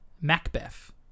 Macbeth